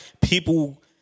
people